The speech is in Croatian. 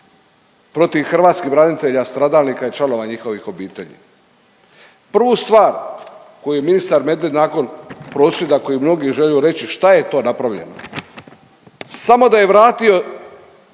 protiv hrvatskih branitelja stradalnika i članova njihovih obitelji. Prvu stvar koju je ministar Medved nakon prosvjeda koji mnogi žele reći šta je to napravljeno. Samo da je vratio